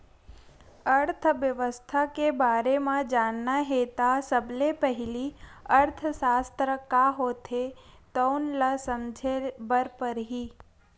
अर्थबेवस्था के बारे म जानना हे त सबले पहिली अर्थसास्त्र का होथे तउन ल समझे बर परही